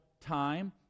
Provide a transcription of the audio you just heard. time